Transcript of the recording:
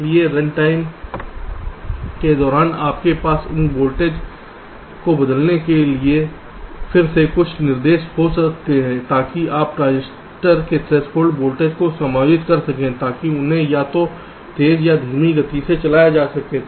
इसलिए run time के दौरान आपके पास इन वोल्टेज को बदलने के लिए फिर से कुछ निर्देश हो सकते हैं ताकि आप ट्रांजिस्टर के थ्रेशोल्ड वोल्टेज को समायोजित कर सकें ताकि उन्हें या तो तेज या धीमी गति से चलाया जा सके